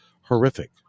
horrific